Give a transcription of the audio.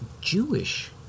Jewish